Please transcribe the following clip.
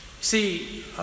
See